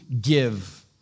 give